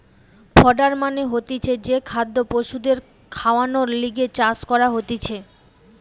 fodder মানে হতিছে যে খাদ্য পশুদের খাওয়ানর লিগে চাষ করা হতিছে